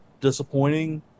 disappointing